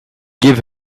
give